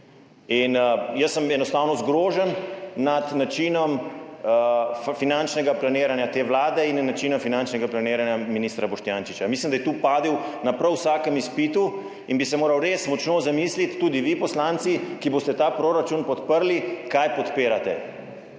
Jaz sem enostavno zgrožen nad načinom finančnega planiranja te vlade in načinom finančnega planiranja ministra Boštjančiča. Mislim, da je tu padel na prav vsakem izpitu in bi se moral res močno zamisliti, tudi vi poslanci, ki boste ta proračun podprli, kaj podpirate,